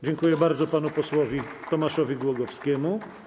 Dziękuję bardzo panu posłowi Tomaszowi Głogowskiemu.